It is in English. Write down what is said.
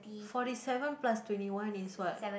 forty seven plus twenty one is what